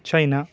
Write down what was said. China